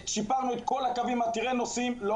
שיפרנו את כל הקווים עתירי הנוסעים ולא